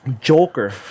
Joker